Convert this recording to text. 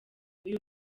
uyu